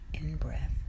in-breath